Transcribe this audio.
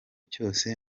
cyose